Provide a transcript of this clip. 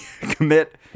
commit